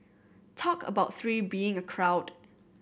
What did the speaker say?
talk about three being a crowd